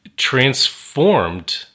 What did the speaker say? Transformed